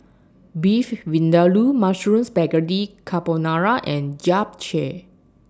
Beef Vindaloo Mushroom Spaghetti Carbonara and Japchae